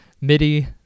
MIDI